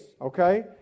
Okay